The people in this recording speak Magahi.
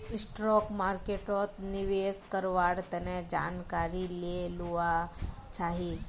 स्टॉक मार्केटोत निवेश कारवार तने जानकारी ले लुआ चाछी